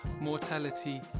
mortality